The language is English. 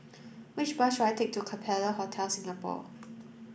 which bus should I take to Capella Hotel Singapore